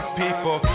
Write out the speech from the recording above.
people